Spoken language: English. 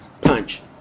punch